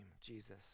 Jesus